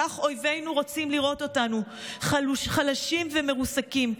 כך אויבינו רוצים לראות אותנו, חלשים ומרוסקים.